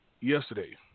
yesterday